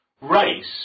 Race